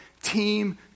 team